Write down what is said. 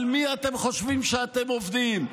על מי אתם חושבים שאתם עובדים?